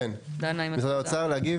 כן, משרד האוצר, להגיב.